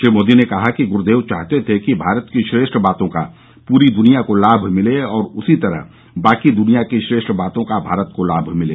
श्री मोदी ने कहा कि गुरूदेव चाहते थे कि भारतकी श्रेष्ठ बातों का पूरी दुनिया को लाभ मिले और उसी तरह बाकी दुनिया की श्रेष्ठ बतों का भी भारत को लाभ मिले